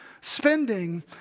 spending